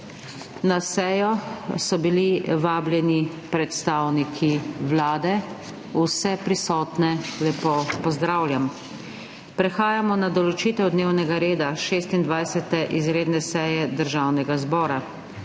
Na sejo so bili vabljeni predstavniki Vlade. Vse prisotne lepo pozdravljam. Prehajamo na **določitev dnevnega reda** 26. izredne seje Državnega zbora.